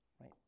right